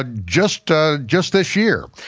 ah just ah just this year.